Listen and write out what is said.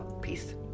peace